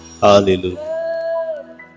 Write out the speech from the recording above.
Hallelujah